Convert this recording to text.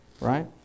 right